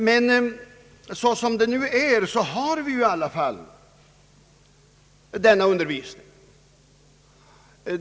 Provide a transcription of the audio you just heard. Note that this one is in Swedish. Men så som det nu är har vi i alla fall denna undervisning.